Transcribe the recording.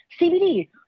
CBD